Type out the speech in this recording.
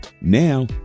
Now